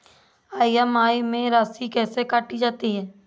EMI में राशि कैसे काटी जाती है?